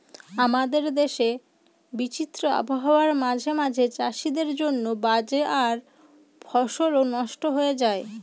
আমাদের দেশের বিচিত্র আবহাওয়া মাঝে মাঝে চাষীদের জন্য বাজে আর ফসলও নস্ট হয়ে যায়